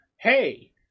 hey